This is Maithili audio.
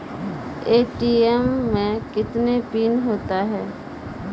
ए.टी.एम मे कितने पिन होता हैं?